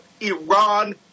Iran